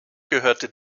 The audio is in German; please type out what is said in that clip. gehörte